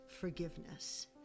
forgiveness